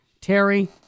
terry